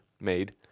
made